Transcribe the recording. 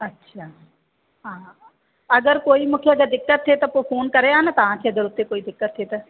अछा हा अगरि कोई मूंखे अगरि दिक़त थिए त पोइ फ़ोन करियां न तव्हांखे अगरि हुते कोई दिक़त थिए त